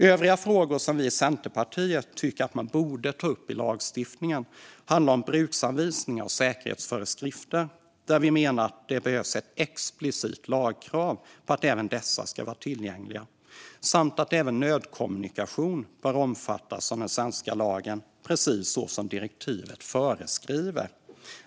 Övriga frågor som vi i Centerpartiet tycker att man borde ta upp i lagstiftningen handlar om bruksanvisningar och säkerhetsföreskrifter, där vi menar att det behövs ett explicit lagkrav på att även dessa ska vara tillgängliga samt att även nödkommunikation bör omfattas av den svenska lagen precis som direktivet föreskriver.